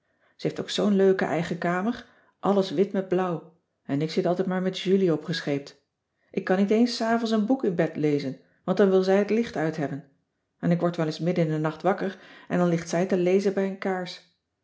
heeft ook zoo'n leuke eigen kamer alles wit met blauw en ik zit altijd maar met julie opgescheept ik kan niet eens s avonds een boek in bed lezen want dan wil zij het licht uithebben en ik word wel eens midden in den nacht wakker en dan ligt zij te lezen bij een kaars